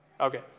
Okay